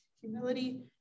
humility